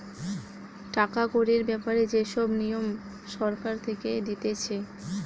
টাকা কড়ির ব্যাপারে যে সব নিয়ম সরকার থেকে দিতেছে